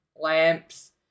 lamps